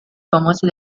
famose